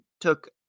took